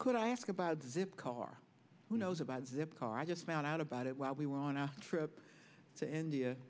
could i ask about zip car who knows about zip car i just found out about it while we were on our trip to india